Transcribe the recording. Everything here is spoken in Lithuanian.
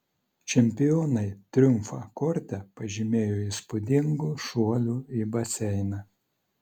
čempionai triumfą korte pažymėjo įspūdingu šuoliu į baseiną